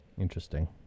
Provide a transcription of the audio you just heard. Interesting